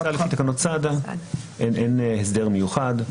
אין הסדר מיוחד.